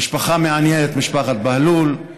משפחה מעניינת משפחת בהלול,